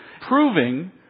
proving